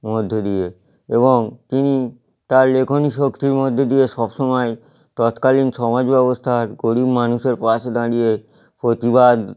মধ্য দিয়ে এবং তিনি তার লেখনী শক্তির মধ্য দিয়ে সবসময় তৎকালীন সমাজব্যবস্থার গরিব মানুষের পাশে দাঁড়িয়ে প্রতিবাদ